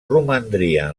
romandria